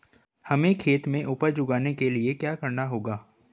हमें खेत में उपज उगाने के लिये क्या करना होगा?